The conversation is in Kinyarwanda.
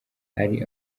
hari